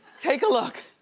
take a look.